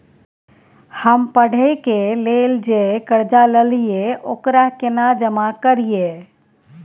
हम पढ़े के लेल जे कर्जा ललिये ओकरा केना जमा करिए?